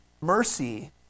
mercy